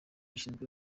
zishinzwe